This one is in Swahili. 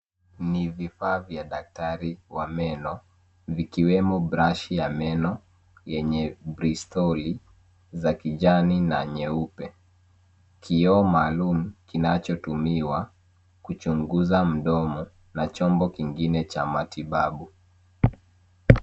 Ni vifaa vya daktari wa meno vikiwemo brashi ya meno yenye bristoli za kijani na nyeupe. Kioo maalum kinachotumiwa kuchunguza mdomo na chombo kingine cha matibabu.